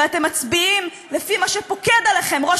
ואתם מצביעים לפי מה שפוקד עליכם ראש